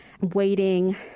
waiting